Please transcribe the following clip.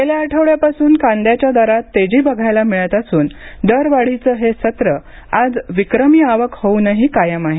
गेल्या आठवड्यापासून कांद्याच्या दरात तेजी बघायला मिळत असून दरवाढीचं हे सत्र आज विक्रमी आवक होऊनही कायम आहे